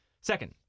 Second